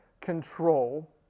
control